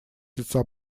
лица